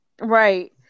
Right